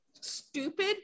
stupid